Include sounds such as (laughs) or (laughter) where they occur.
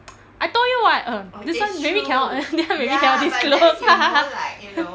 (noise) I told you [what] err uh this [one] maybe cannot maybe cannot disclose (laughs)